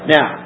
Now